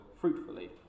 fruitfully